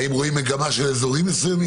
האם רואים מגמה של אזורים מסוימים?